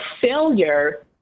failure